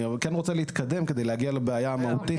אני כן רוצה להתקדם כדי להגיע לבעיה המהותית.